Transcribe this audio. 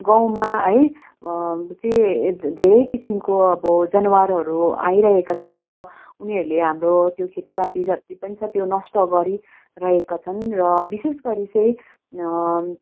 गाउँमा है चाहिँ धेरै किसिमको अब जनावरहरू आइरहेका छन् र उनीहरूले हाम्रो त्यो खेतीपाती जति पनि छ त्यो नष्ट गरिरहेका छन् र विशेष गरी चाहिँ